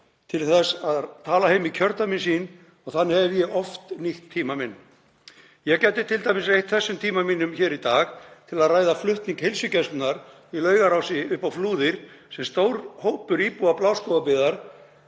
til þess að tala heim í kjördæmin sín og þannig hef ég oft nýtt tíma minn. Ég gæti t.d. eytt þessum tíma mínum hér í dag til að ræða flutning heilsugæslunnar í Laugarási upp á Flúðir sem stór hópur íbúa Bláskógabyggðar